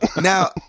Now